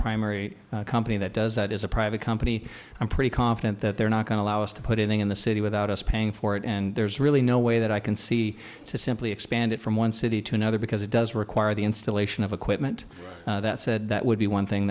primary company that does that is a private company i'm pretty confident that they're not going to allow us to put it in the city without us paying for it and there's really no way that i can see to simply expand it from one city to another because it does require the installation of equipment that said that would be one thing